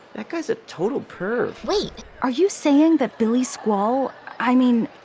that guys a total perv. wait, are you saying that billy squall, i mean,